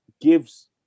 gives